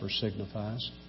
signifies